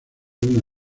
una